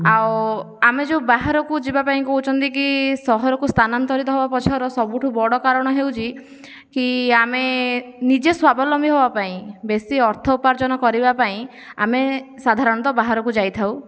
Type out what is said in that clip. ଆଉ ଆମେ ଯେଉଁ ବାହାରକୁ ଯିବା ପାଇଁ କହୁଛନ୍ତି କି ସହରକୁ ସ୍ଥାନାନ୍ତରିତ ହେବା ପଛର ସବୁଠୁ ବଡ଼ କାରଣ ହେଉଛି କି ଆମେ ନିଜେ ସ୍ୱାବଲମ୍ବୀ ହେବା ପାଇଁ ବେଶି ଅର୍ଥ ଉପାର୍ଜନ କରିବା ପାଇଁ ଆମେ ସାଧାରଣତଃ ବାହାରକୁ ଯାଇଥାଉ